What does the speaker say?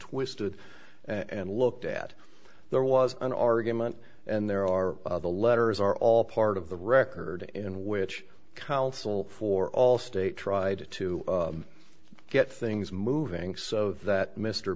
twisted and looked at there was an argument and there are the letters are all part of the record in which counsel for all state tried to get things moving so that mr